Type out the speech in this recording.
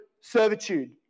servitude